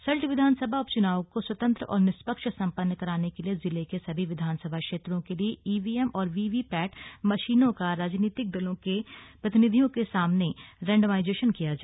सल्ट विधानसभा उपच्नाव को स्वतन्त्र और निष्पक्ष सम्पन्न कराने के लिए जिले के सभी विधानसभा क्षेत्रों के लिए ईवीएम और वीवी पैट मशीनों का राजनीतिक दलों के प्रतिनिधियों के सामने रैण्डमाइजेशन किया गया